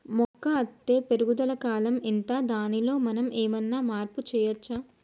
మొక్క అత్తే పెరుగుదల కాలం ఎంత దానిలో మనం ఏమన్నా మార్పు చేయచ్చా?